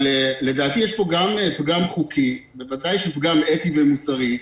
לדעתי יש פה גם פגם חוקי, בוודאי פגם אתי ומוסרי.